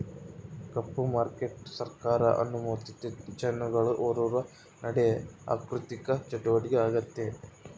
ಕಪ್ಪು market ಸರ್ಕಾರ ಅನುಮೋದಿತ ಚಾನೆಲ್ಗುಳ್ ಹೊರುಗ ನಡೇ ಆಋಥಿಕ ಚಟುವಟಿಕೆ ಆಗೆತೆ